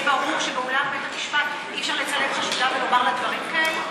שיהיה ברור שבאולם בית המשפט אי-אפשר לצלם חשודה ולומר לה דברים כאלה?